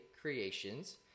Creations